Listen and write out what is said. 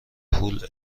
پول